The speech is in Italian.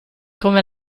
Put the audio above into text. come